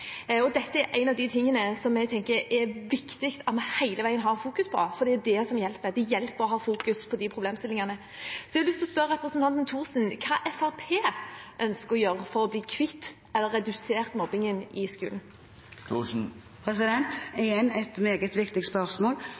Dette er noe av det vi tenker det er viktig å fokusere på hele veien, det er dette som hjelper. Det hjelper å fokusere på de problemstillingene. Så jeg har lyst til å spørre representanten Thorsen om hva Fremskrittspartiet ønsker å gjøre for å bli kvitt eller redusere mobbing i skolen. Igjen et meget viktig spørsmål.